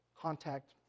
Contact